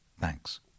Thanks